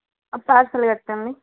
ఒక పార్సల్ కట్టండి